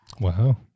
wow